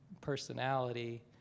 personality